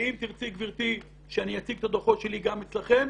אם תרצי גבירתי שאציג את הדוחות שלי גם אצלכם